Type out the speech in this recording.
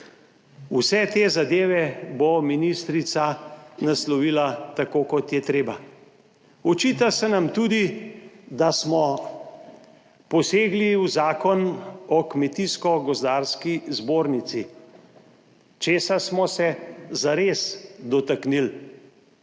Vse te zadeve bo ministrica naslovila tako, kot je treba. Očita se nam tudi, da smo posegli v Zakon o Kmetijsko gozdarski zbornici. Česa smo se zares dotaknili?